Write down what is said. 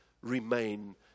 remain